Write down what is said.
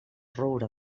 roure